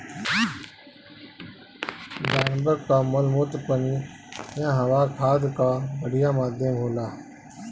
जानवर कअ मलमूत्र पनियहवा खाद कअ बढ़िया माध्यम होला